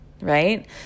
right